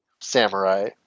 samurai